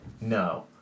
no